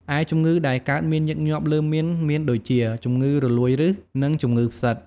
ឯជំងឺដែលកើតមានញឹកញាប់លើមៀនមានដូចជា ជំងឺរលួយឫស និង ជំងឺផ្សិត។